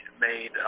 made